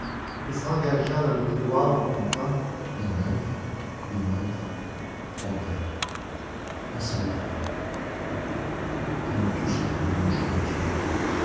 et s'engagea dans le couloir en comptant un mètre deux mètres trois mètres voici la porte comme tout s'arrange mon dieu